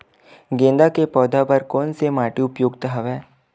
गेंदा के पौधा बर कोन से माटी उपयुक्त हवय?